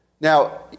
Now